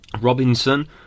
Robinson